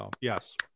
yes